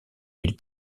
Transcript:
mille